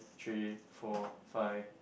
three four five